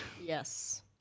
Yes